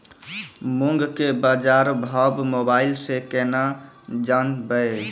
मूंग के बाजार भाव मोबाइल से के ना जान ब?